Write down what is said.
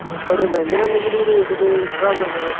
बड़े मैहंगे न रेट दे स्हाब कन्नै